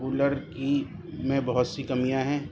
cooler کی میں بہت سی کمیاں ہیں